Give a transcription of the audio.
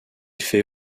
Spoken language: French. fait